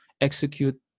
execute